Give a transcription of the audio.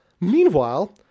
Meanwhile